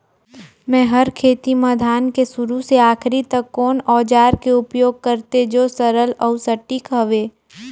मै हर खेती म धान के शुरू से आखिरी तक कोन औजार के उपयोग करते जो सरल अउ सटीक हवे?